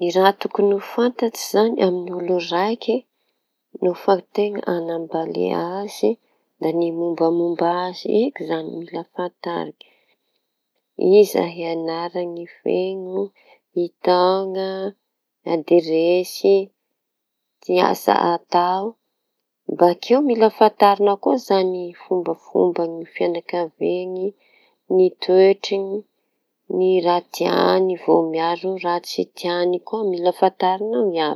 Ny raha tokony ho fantatsy izañy amin'ny olo raiky no fa teña hanambaly azy. Ny momba momba azy eky izañy no mila fantarina, iza ny anarany feno, ny taonany, adiresy, ny asa atao? Bakeo mila fantarina koa izañy fomb fombany fianakaviany, ny toetrany ny raha tiany vao miaro ny raha tsy tiany koa mila fantarina iany.